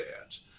dads